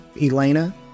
Elena